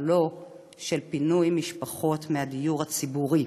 לא של פינוי משפחות מהדיור הציבורי.